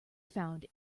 found